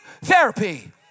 Therapy